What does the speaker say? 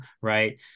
Right